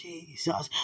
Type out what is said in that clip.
Jesus